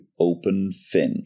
OpenFin